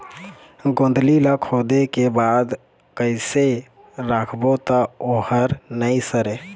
गोंदली ला खोदे के बाद कइसे राखबो त ओहर नई सरे?